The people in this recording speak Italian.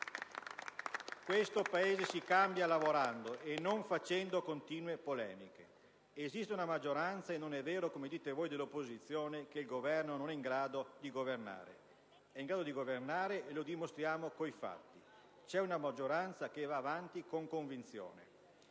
Questo Paese si cambia lavorando, e non facendo continue polemiche. Esiste una maggioranza, e non è vero, come dite voi dell'opposizione, che il Governo non è in grado di governare: esso è in grado di governare e lo dimostriamo coi fatti. C'è una maggioranza che va avanti con convinzione.